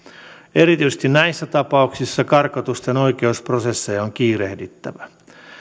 erityisesti näissä tapauksissa karkotusten oikeusprosesseja on kiirehdittävä